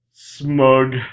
Smug